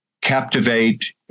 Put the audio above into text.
captivate